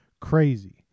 crazy